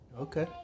Okay